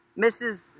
Mrs